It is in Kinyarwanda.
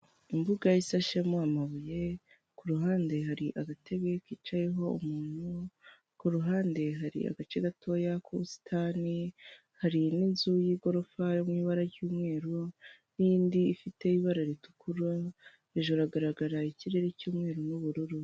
Imbuga ishashemo amabuye, ku ruhande hari agatebe kicayeho umuntu, ku ruhande hari agace gatoya k'ubusitani, hari n'inzu y'igorofa iri mu ibara ry'umweru n'indi ifite ibara ritukura, hejuru haragaragara ikirere cy'umweru n'ubururu.